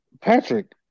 Patrick